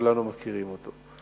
כולנו מכירים אותו.